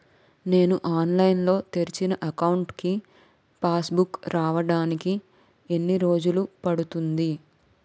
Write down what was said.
నేను ఆన్లైన్ లో తెరిచిన అకౌంట్ కి పాస్ బుక్ రావడానికి ఎన్ని రోజులు పడుతుంది?